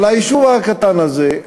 אבל היישוב הקטן הזה,